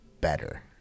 better